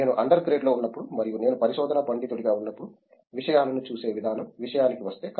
నేను అండర్ గ్రేడ్లో ఉన్నప్పుడు మరియు నేను పరిశోధనా పండితుడిగా ఉన్నప్పుడు విషయాలను చూసే విధానం విషయానికి వస్తే